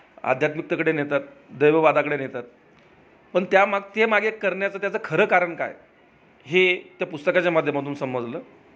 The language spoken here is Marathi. आध्यात्मिकतेकडे नेतात दैववादाकडे नेतात पण त्यामागं ते मागे करण्याचं त्याचं खरं कारण काय हे त्या पुस्तकाच्या माध्यमातून समजलं